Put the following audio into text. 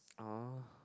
!aww!